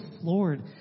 floored